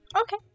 okay